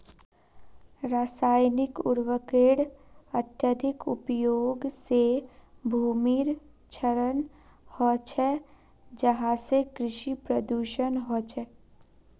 रासायनिक उर्वरकेर अत्यधिक उपयोग से भूमिर क्षरण ह छे जहासे कृषि प्रदूषण ह छे